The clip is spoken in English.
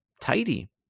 tidy